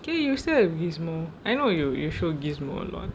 dear you still have gizmo I know you you sure gizmo a lot